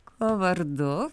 kuo vardu